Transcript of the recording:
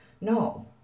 No